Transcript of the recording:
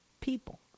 people